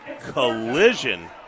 collision